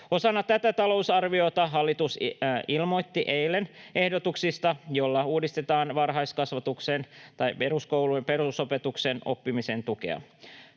Osana tätä talousarviota hallitus ilmoitti eilen ehdotuksista, joilla uudistetaan perusopetuksen oppimisen tukea.